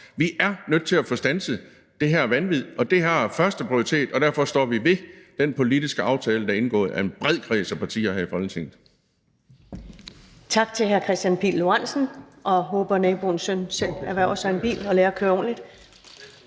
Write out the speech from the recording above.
Vi er nødt til at få standset det her vanvid, og det har førsteprioritet. Derfor står vi ved den politiske aftale, der er indgået af en bred kreds af partier her i Folketinget.